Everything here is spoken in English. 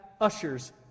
ushers